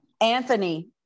Anthony